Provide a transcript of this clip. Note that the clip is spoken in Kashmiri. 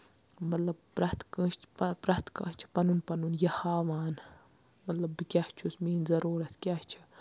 مطلب پرٛٮ۪تھ کانسہِ چھِ پرٛٮ۪تھ کانہہ چھِ پَنُن پَنُن یہِ ہاوان مطلب بہٕ کیاہ چھُس میٲنۍ ضروٗرَت کیاہ چھِ